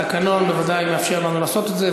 התקנון בוודאי מאפשר לנו לעשות את זה,